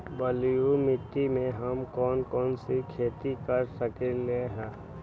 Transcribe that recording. बलुई मिट्टी में हम कौन कौन सी खेती कर सकते हैँ?